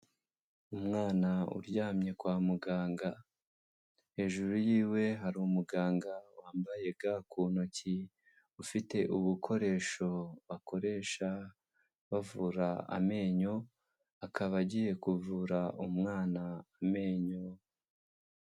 Umwana uryamye kwa muganga, hejuru yiwe hari umuganga wambaye ga ku ntoki, ufite ubukoresho bakoresha bavura amenyo, akaba agiye kuvura umwana amenyo.